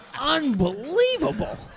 unbelievable